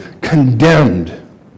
condemned